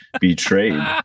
betrayed